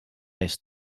eest